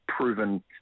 proven